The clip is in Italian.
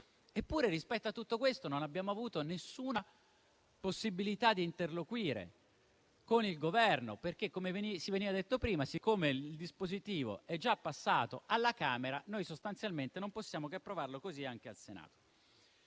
Eppure, rispetto a tutto questo, non abbiamo avuto alcuna possibilità di interloquire con il Governo, perché - come veniva detto prima - siccome il dispositivo è già passato alla Camera, noi sostanzialmente non possiamo che approvarlo così anche al Senato.